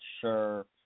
sure